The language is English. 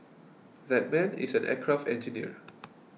that man is an aircraft engineer